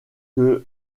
que